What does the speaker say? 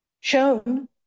shown